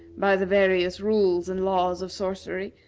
by the various rules and laws of sorcery,